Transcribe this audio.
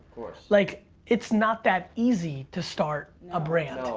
course. like it's not that easy to start a brand.